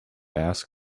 asked